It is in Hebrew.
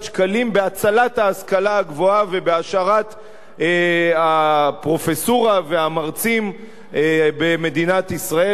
שקלים בהצלת ההשכלה הגבוהה ובהשארת הפרופסורה והמרצים במדינת ישראל,